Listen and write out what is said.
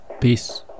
Peace